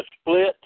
split